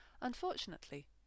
Unfortunately